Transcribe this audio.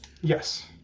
Yes